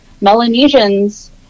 Melanesians